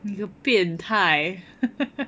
you 变态